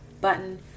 button